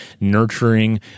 nurturing